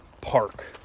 park